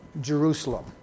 Jerusalem